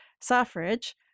suffrage